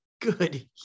good